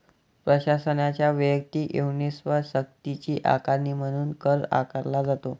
प्रशासनाच्या वैयक्तिक युनिट्सवर सक्तीची आकारणी म्हणून कर आकारला जातो